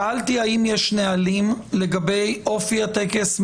שאלתי: האם יש נהלים לגבי אופי הטקס,